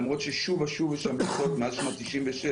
למרות ששוב ושוב יש לנו --- לעניין הזה מאז שנת 1996,